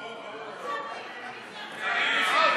קצר,